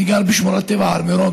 אני גר בשמורת טבע הר מירון,